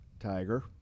tiger